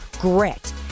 Grit